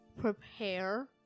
prepare